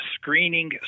screening